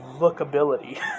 lookability